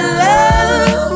love